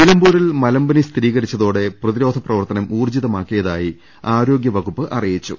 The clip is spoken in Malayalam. നിലമ്പൂരിൽ മലമ്പനി സ്ഥിരീകരിച്ചതോടെ പ്രതിരോധപ്രവർത്തനം ഊർജിതമാക്കിയതായി ആരോഗ്യവകുപ്പ് അറിയിച്ചു